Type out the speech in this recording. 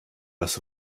das